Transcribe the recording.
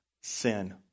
sin